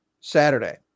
Saturday